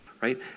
Right